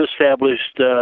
established